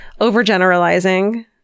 overgeneralizing